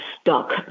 stuck